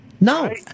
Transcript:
No